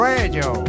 Radio